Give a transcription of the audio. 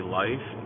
life